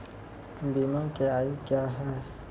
बीमा के आयु क्या हैं?